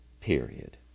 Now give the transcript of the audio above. period